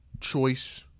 choice